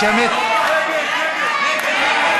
התפטרות ראש הממשלה או שר עקב הגשת כתב אישום)